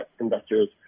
investors